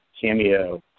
cameo